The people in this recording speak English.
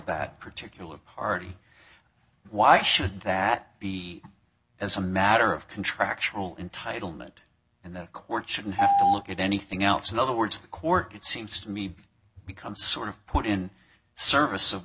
that particular party why should that be as a matter of contractual entitlement and the court shouldn't have look at anything else in other words the court it seems to me become sort of put in service of